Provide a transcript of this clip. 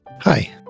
Hi